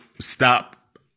stop